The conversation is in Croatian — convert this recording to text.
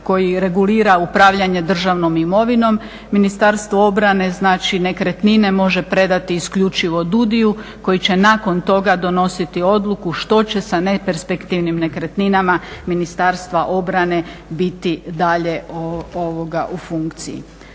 koji regulira upravljanje državnom imovinom Ministarstvo obrane, znači nekretnine može predati isKljučivo DUDI-u koji će nakon toga donositi odluku što će sa neperspektivnim nekretninama Ministarstva obrane biti dalje u funkciji.